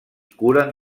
curen